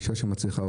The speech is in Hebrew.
אישה שמצליחה,